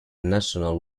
national